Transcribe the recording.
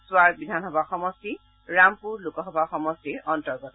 স্বাৰ বিধানসভা সমষ্টি ৰামপুৰ লোকসভা সমষ্টিৰ অন্তৰ্গত